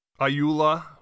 ayula